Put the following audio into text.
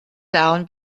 down